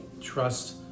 trust